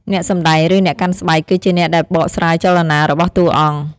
អ្នកសម្តែង ឬ អ្នកកាន់ស្បែក គឺជាអ្នកដែលបកស្រាយចលនារបស់តួអង្គ។